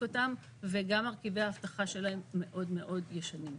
אותם וגם מרכיבי האבטחה שלהם מאוד ישנים.